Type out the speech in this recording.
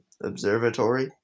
observatory